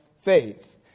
faith